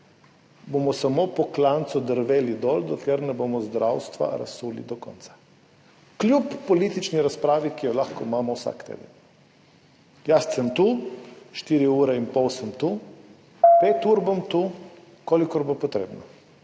bomo samo po klancu drveli dol, dokler ne bomo zdravstva razsuli do konca, kljub politični razpravi, ki jo lahko imamo vsak teden. Jaz sem tu, štiri ure in pol ure sem tu, pet ur bom tu, kolikor bo potrebno,